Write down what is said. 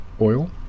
oil